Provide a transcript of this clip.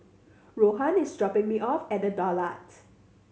Rohan is dropping me off at The Daulat